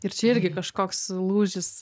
ir čia irgi kažkoks lūžis